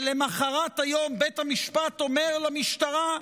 ולמוחרת היום בית המשפט אומר למשטרה: